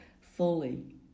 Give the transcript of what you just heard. fully